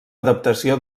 adaptació